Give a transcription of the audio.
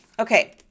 Okay